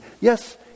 Yes